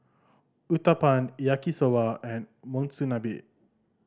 Uthapam Yaki Soba and Monsunabe